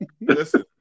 Listen